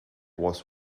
was